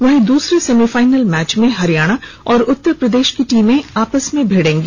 वहीं दूसरे semifinal match में हरियाणा और उत्तर प्रदेश की टीमें आपस में भिड़ेंगी